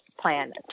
plan